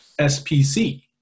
SPC